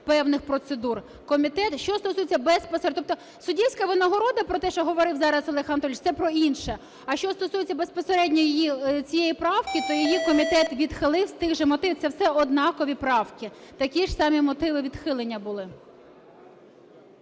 певних процедур. Тобто суддівська винагорода про те, що говорив зараз Олег Анатолійович, це про інше, а що стосується безпосередньо цієї правки, то її комітет відхилив з тих же мотивів, це все однакові правки, такі ж самі мотиви відхилення були.